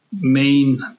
main